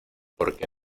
porque